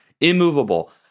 immovable